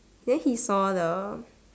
then he saw the